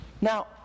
Now